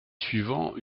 suivant